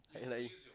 and like